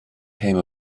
came